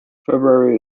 february